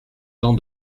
jean